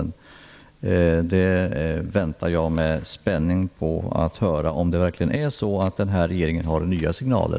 Jag väntar med spänning på att höra om det verkligen är så att regeringen tänker ge nya signaler.